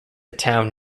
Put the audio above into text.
town